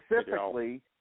specifically